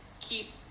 keep